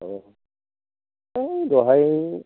है दहाय